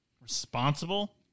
Responsible